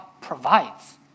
provides